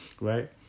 right